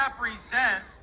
represent